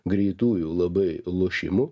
greitųjų labai lošimų